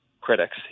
critics